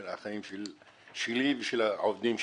ועל החיים שלי ושל העובדים שלי.